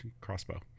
crossbow